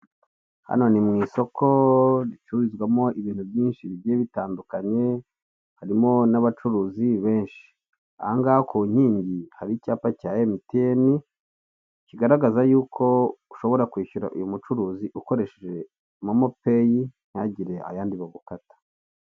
Hano ni mu isoko ricururizwamo ibintu byinshi bigiye bitandukanye harimo n'abacuruzi benshi. Aha ngaha ku inkingi hari icyapa cya emutiyeni kigaragaza yuko ushobora kwishyura uyu mucuruzi ukoresheje momo peyi ntihagire ayandi bagukata.